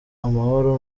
amahoro